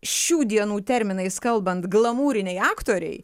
šių dienų terminais kalbant glamūriniai aktoriai